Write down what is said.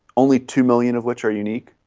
only two million of which are unique.